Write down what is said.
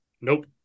Nope